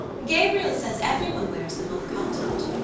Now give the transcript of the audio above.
gabriel says everyone wears them on the continent.